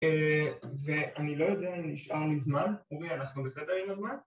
‫ואני לא יודע אם נשאר לי זמן. ‫אורי, אנחנו בסדר עם הזמן?